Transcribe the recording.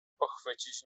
pochwycić